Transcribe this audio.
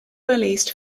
released